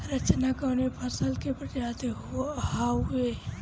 रचना कवने फसल के प्रजाति हयुए?